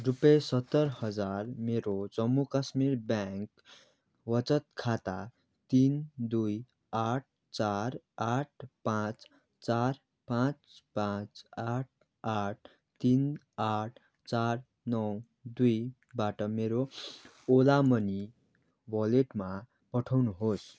रुपियाँ सत्तर हजार मेरो जम्मू काश्मीर ब्याङ्क बचत खाता तिन दुई आठ चार आठ पाँच चार पाँच पाँच आठ आठ तिन आठ चार नौ दुईबाट मेरो ओला मनी वालेटमा पठाउनुहोस्